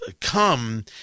come